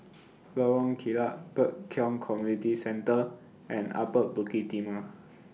Lorong Kilat Pek Kio Community Centre and Upper Bukit Timah